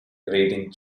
grating